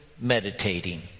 meditating